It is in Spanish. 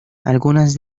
algunas